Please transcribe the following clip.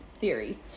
theory